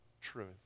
truth